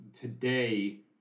today